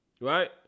right